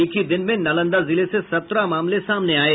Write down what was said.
एक ही दिन में नालंदा जिले से सत्रह मामले सामने आये